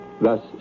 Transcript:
Thus